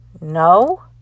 no